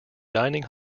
dining